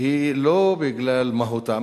היא לא בגלל מהותה.